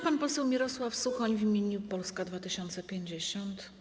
Pan poseł Mirosław Suchoń w imieniu Polski 2050.